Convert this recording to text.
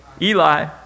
Eli